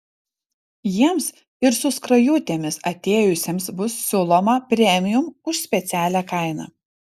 jiems ir su skrajutėmis atėjusiems bus siūloma premium už specialią kainą